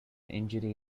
injury